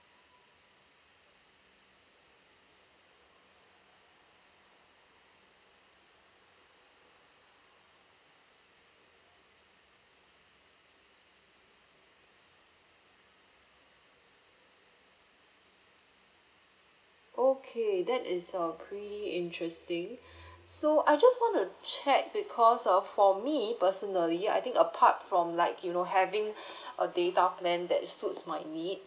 okay that is a pretty interesting so I just want to check because uh for me personally I think apart from like you know having a data plan that suits my needs